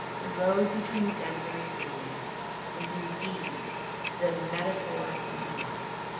the road between denver and greeley was indeed the metaphor of my life.